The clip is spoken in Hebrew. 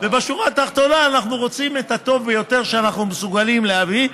ובשורה התחתונה אנחנו רוצים את הטוב ביותר שאנחנו מסוגלים להביא,